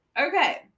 Okay